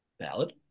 Valid